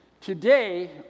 Today